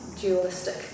dualistic